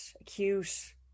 acute